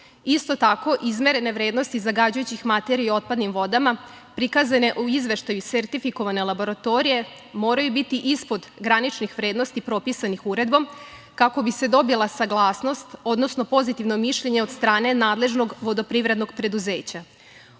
Isto tako, izmerene vrednosti zagađujućih materija otpadnim vodama prikazane u izveštaju sertifikovane laboratorije, moraju biti ispod graničnih vrednosti propisanih uredbom, kako bi se dobila saglasnost, odnosno pozitivno mišljenje od strane nadležnog vodoprivrednog preduzeća. Ukoliko